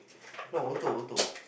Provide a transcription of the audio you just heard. no auto auto